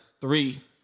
three